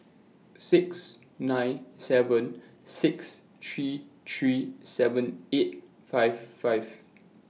six nine seven six three three seven eight five five